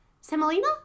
Semolina